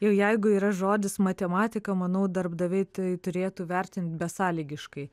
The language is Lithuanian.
jau jeigu yra žodis matematika manau darbdaviai tai turėtų vertinti besąlygiškai